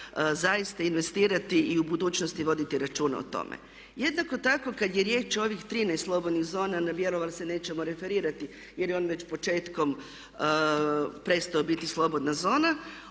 zaista investirati i u budućnosti voditi računa o tome. Jednako tako kad je riječ o ovih 13 slobodnih zona, na Bjelovar se nećemo referirati jer je on već početkom prestao biti slobodna zona,